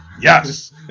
Yes